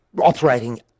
operating